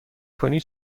کنی